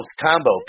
combo